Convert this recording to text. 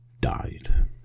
died